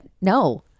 No